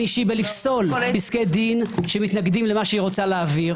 אישי לפסול פסקי דין שמתנגדים למה שהיא רוצה להעביר.